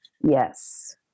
Yes